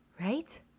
right